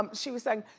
um she was saying,